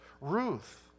Ruth